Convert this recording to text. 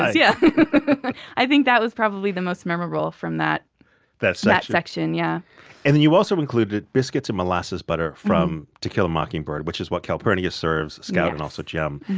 yeah i think that was probably the most memorable from that that so section yeah and and you also included biscuits and molasses butter from to kill a mockingbird, which is what calpurnia serves scout and also jem.